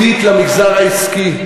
אלא גם חברה שהיא ידידותית למגזר העסקי,